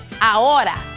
ahora